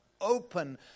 open